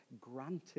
granted